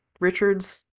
Richards